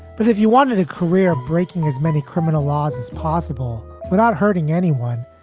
but if you wanted a career breaking as many criminal laws as possible without hurting anyone,